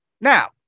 Now